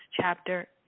chapter